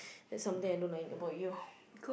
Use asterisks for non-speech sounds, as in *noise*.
that's something I don't like about you *breath*